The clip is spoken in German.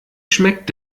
schmeckt